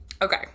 Okay